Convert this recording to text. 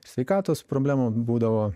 sveikatos problemų būdavo